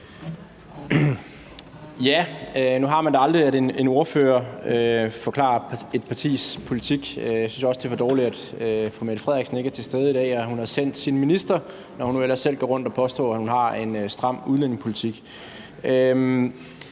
Nu har man ikke hørt en ordfører forklare partiets politik, og jeg synes også, det er for dårligt, at statsministeren ikke er til stede i dag, men at hun har sendt sin minister, når hun nu ellers selv går rundt og påstår, at hun har en stram udlændingepolitik.